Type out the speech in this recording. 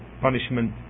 punishment